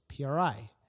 PRI